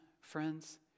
friends